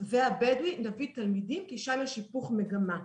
והבדואי נביא תלמידים כי שם יש היפוך מגמה.